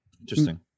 Interesting